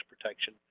protection